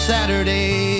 Saturday